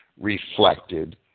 reflected